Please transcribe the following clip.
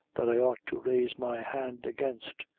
that i ought to raise my hand against.